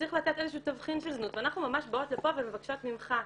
שצריך לתת איזה שהוא תבחין של זנות ואנחנו ממש באות לפה ומבקשות ממך,